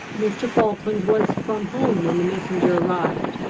mr. falkland was from home when the messenger arrived,